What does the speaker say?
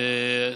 כן.